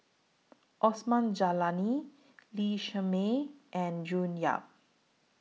Osman Zailani Lee Shermay and June Yap